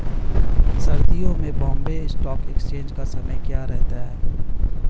सर्दियों में Bombay stock exchange का समय क्या रहता है?